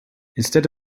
instead